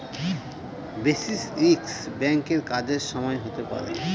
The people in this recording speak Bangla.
বেসিস রিস্ক ব্যাঙ্কের কাজের সময় হতে পারে